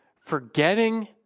forgetting